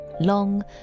long